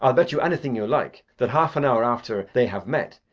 i'll bet you anything you like that half an hour after they have met,